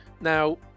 now